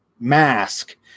Mask